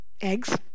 Eggs